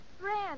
friend